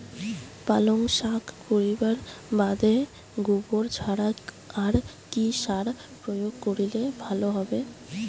পালং শাক করিবার বাদে গোবর ছাড়া আর কি সার প্রয়োগ করিলে ভালো হবে?